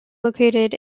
located